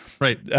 Right